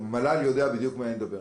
המל"ל יודע בדיוק על מי אני מדבר.